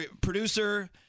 producer